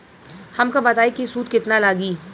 हमका बताई कि सूद केतना लागी?